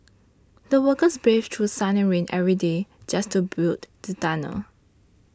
the workers braved through sun and rain every day just to build the tunnel